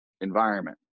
environment